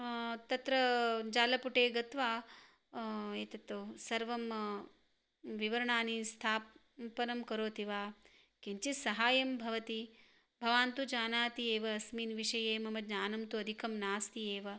तत्र जालपुटे गत्वा एतत् सर्वं विवरणानि स्थापनं करोति वा किञ्चित् सहायं भवति भवान् तु जानाति एव अस्मिन् विषये मम ज्ञानं तु अधिकं नास्ति एव